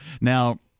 Now